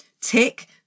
Tick